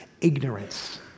ignorance